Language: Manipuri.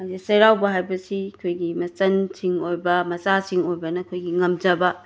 ꯍꯧꯖꯤꯛ ꯆꯩꯔꯥꯎꯕ ꯍꯥꯏꯕꯁꯤ ꯑꯩꯈꯣꯏꯒꯤ ꯃꯆꯟꯁꯤꯡ ꯑꯣꯏꯕ ꯃꯆꯥꯁꯤꯡ ꯑꯣꯏꯕꯅ ꯈꯣꯏꯒꯤ ꯉꯝꯖꯕ